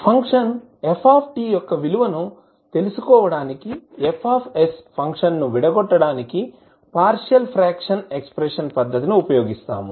function f యొక్క విలువను తెలుసుకోవడానికి F ఫంక్షన్ను విడగొట్టడానికి పార్షియల్ ఫ్రాక్షన్ ఎక్సపెన్షన్ పద్ధతిని ఉపయోగిస్తాము